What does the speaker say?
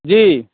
जी